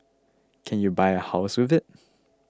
can you buy a house with it